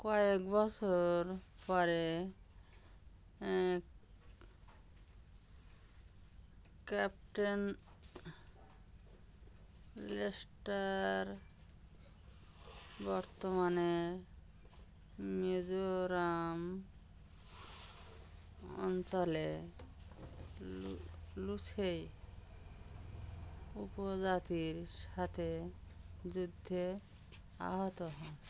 কয়েক বছর পরে ক্যাপ্টেন লেস্টার বর্তমানের মিজোরাম অঞ্চলে লু লুসেই উপজাতির সাথে যুদ্ধে আহত হন